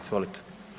Izvolite.